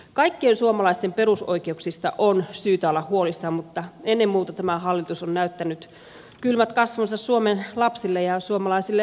kaikkien suomalaisten perusoikeuksista on syytä olla huolissaan mutta ennen muuta tämä hallitus on näyttänyt kylmät kasvonsa suomen lapsille ja suomalaisille lapsiperheille